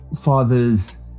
fathers